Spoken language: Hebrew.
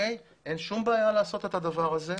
אין שום בעיה לעשות את הדבר הזה.